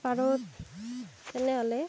পাৰোঁ তেনেহ'লে